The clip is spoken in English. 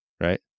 Right